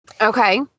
Okay